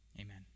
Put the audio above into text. amen